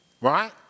Right